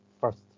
first